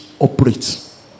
operates